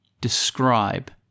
describe